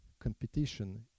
competition